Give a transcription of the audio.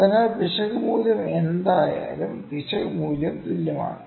അതിനാൽ പിശക് മൂല്യം ഏതായാലും പിശക് മൂല്യം തുല്യമാണ്